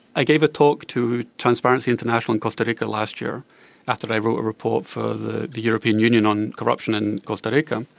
i gave a talk to transparency international in costa rica last year after i wrote a report for the european union on corruption in costa rica.